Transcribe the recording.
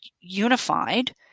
unified